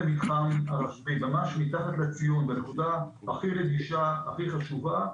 ממש מתחת לציון, בנקודה הכי רגישה, הכי חשובה,